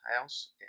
House